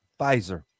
Pfizer